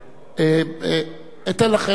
יש לי הצעה לסדר.